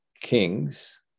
Kings